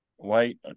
White